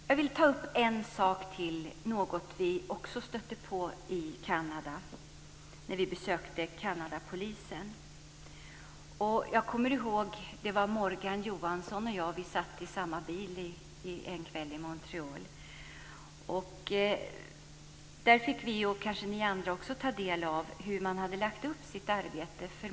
Jag vill ta upp en sak till, något som vi också stötte på i Kanada när vi besökte Kanadapolisen. Jag kommer ihåg att Morgan Johansson och jag satt i samma bil en kväll i Montreal. Där fick vi, och kanske ni andra också, ta del av hur man hade lagt upp sitt arbete.